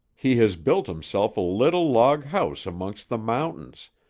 he has built himself a little log house amongst the mountains,